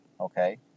Okay